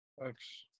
Thanks